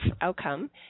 outcome